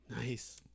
Nice